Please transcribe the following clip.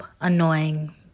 Annoying